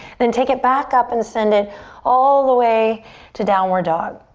then take it back up and send it all the way to downward dog.